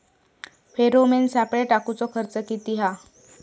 Pheromone सापळे टाकूचो खर्च किती हा?